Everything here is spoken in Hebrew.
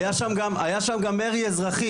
היה שם גם מרי אזרחי,